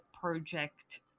Project